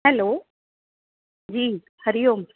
hello जी हरिओम